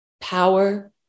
power